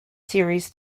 series